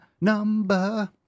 number